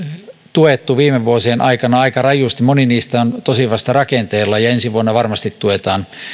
tuettu viime vuosien aikana aika rajusti moni niistä on tosin vasta rakenteilla ja ensi vuonna varmasti tuetaan